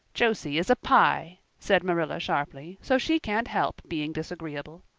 josie is a pye, said marilla sharply, so she can't help being disagreeable.